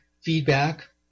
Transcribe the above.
feedback